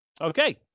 okay